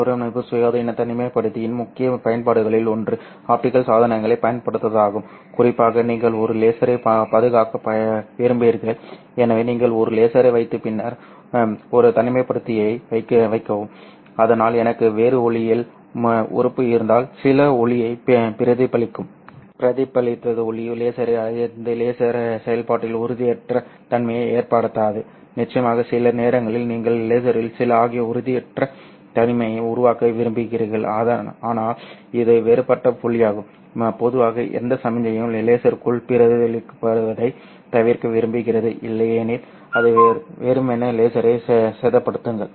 துருவமுனைப்பு சுயாதீன தனிமைப்படுத்தியின் முக்கிய பயன்பாடுகளில் ஒன்று ஆப்டிகல் சாதனங்களைப் பாதுகாப்பதாகும் குறிப்பாக நீங்கள் ஒரு லேசரைப் பாதுகாக்க விரும்புகிறீர்கள் எனவே நீங்கள் ஒரு லேசரை வைத்து பின்னர் ஒரு தனிமைப்படுத்தியை வைக்கவும் அதனால் எனக்கு வேறு ஒளியியல் உறுப்பு இருந்தால் சில ஒளியை பிரதிபலிக்கும் பிரதிபலித்தது ஒளி லேசரை அடைந்து லேசர் செயல்பாட்டில் உறுதியற்ற தன்மையை ஏற்படுத்தாது நிச்சயமாக சில நேரங்களில் நீங்கள் லேசரில் சில உறுதியற்ற தன்மையை உருவாக்க விரும்புகிறீர்கள் ஆனால் இது வேறுபட்ட புள்ளியாகும் பொதுவாக எந்த சமிக்ஞையும் லேசருக்குள் பிரதிபலிக்கப்படுவதைத் தவிர்க்க விரும்புகிறது இல்லையெனில் அது வெறுமனே லேசரை சேதப்படுத்துங்கள்